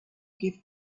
gift